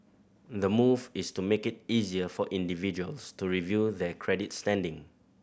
the move is to make it easier for individuals to review their credit standing